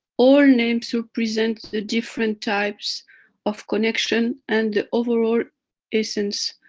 all names represent the different types of connection and the overall essence.